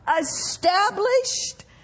Established